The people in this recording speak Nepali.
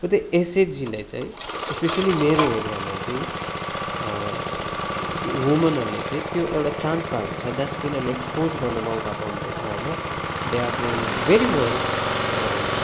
र त्यो एसएचजीले चाहिँ इस्पेसल्ली मेरो एरियामा चाहिँ त्यो वुमनहरूले चाहिँ त्यो एउटा चान्स पाएको हुन्छ जहाँ चाहिँ तिनीहरूले एक्सपोज गर्ने मौका पाउँदैछ होइन they are doing very well